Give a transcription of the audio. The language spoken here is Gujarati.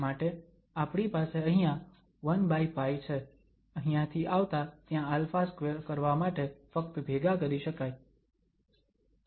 માટે આપણી પાસે અહીંયા 1π છે અહીંયાંથી આવતા ત્યાં α2 કરવા માટે ફક્ત ભેગા કરી શકાય